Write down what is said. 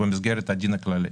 במסגרת הדין הכללי.